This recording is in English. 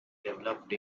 developed